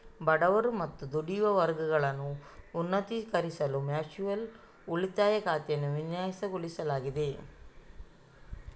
ಬಡವರು ಮತ್ತು ದುಡಿಯುವ ವರ್ಗಗಳನ್ನು ಉನ್ನತೀಕರಿಸಲು ಮ್ಯೂಚುಯಲ್ ಉಳಿತಾಯ ಖಾತೆಯನ್ನು ವಿನ್ಯಾಸಗೊಳಿಸಲಾಗಿದೆ